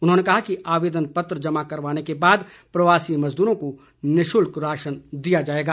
उन्होंने कहा कि आवेदन पत्र जमा करवाने के बाद प्रवासी मजदूरों को निशुल्क राशन दिया जाएगा